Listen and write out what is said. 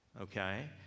Okay